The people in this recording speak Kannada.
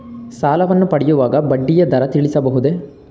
ಸಾಲವನ್ನು ಪಡೆಯುವಾಗ ಬಡ್ಡಿಯ ದರ ತಿಳಿಸಬಹುದೇ?